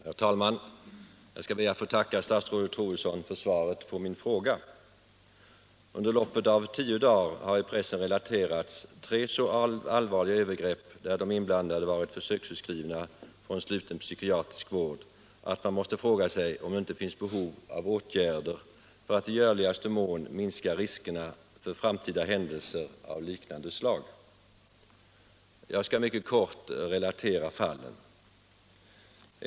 Herr talman! Jag skall be att få tacka statsrådet Troedsson för svaret på min fråga. Under loppet av tio dagar har i pressen relaterats tre så allvarliga övergrepp, där de inblandade varit försöksutskrivna från sluten psykiatrisk vård, att man måste fråga sig, om det inte finns behov av åtgärder för att i görligaste mån minska riskerna för framtida händelser av liknande slag. Jag skall mycket kort beskriva fallen.